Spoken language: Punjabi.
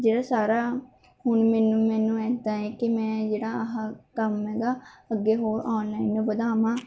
ਜਿਹੜਾ ਸਾਰਾ ਹੁਣ ਮੈਨੂੰ ਮੈਨੂੰ ਇੱਦਾਂ ਹੈ ਕਿ ਮੈਂ ਜਿਹੜਾ ਆਹ ਕੰਮ ਹੈਗਾ ਅੱਗੇ ਹੋਰ ਆਨਲਾਈਨ ਵਧਾਵਾ